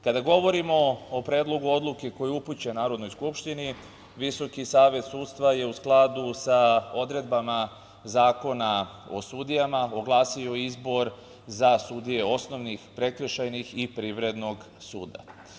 Kada govorimo o Predlogu odluke koji je upućen Narodnoj skupštini, Visoki savet sudstva je u skladu sa odredbama Zakona o sudijama oglasio izbor za sudije osnovnih, prekršajnih i Privrednog suda.